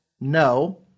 no